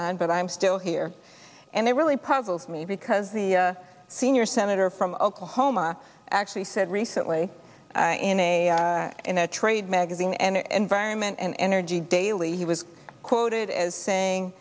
on but i'm still here and they really puzzles me because the senior senator from oklahoma actually said recently in a in a trade magazine and vironment an energy daily he was quoted as